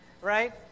right